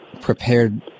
prepared